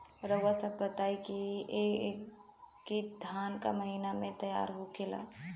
रउआ सभ बताई धान क महीना में तैयार होखेला?